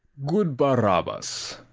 good barabas,